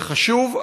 זה חשוב,